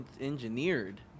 engineered